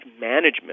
management